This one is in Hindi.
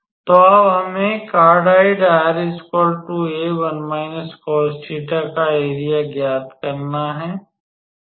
तो अब हमें कार्डियोइड ra का एरिया ज्ञात करना है